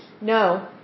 No